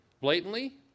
blatantly